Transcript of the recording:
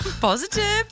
positive